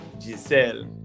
Giselle